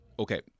Okay